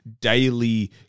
daily